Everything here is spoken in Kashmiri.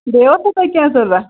بیٚیہِ اوسا تۄہہِ کینٛہہ ضروٗرت